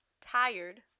tired